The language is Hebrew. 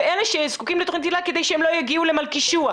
ואלה שזקוקים לתכנית היל"ה כדי שהם לא יגיעו למלכישוע.